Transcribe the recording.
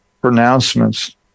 pronouncements